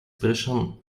expression